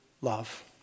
love